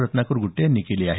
रत्नाकर गुट्टे यांनी केली आहे